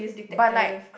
but like